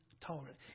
tolerant